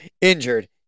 injured